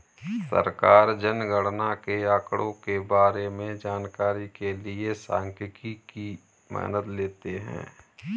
सरकार जनगणना के आंकड़ों के बारें में जानकारी के लिए सांख्यिकी की मदद लेते है